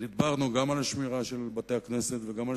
דיברנו גם על שמירה של בתי-הכנסת וגם על